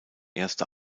erste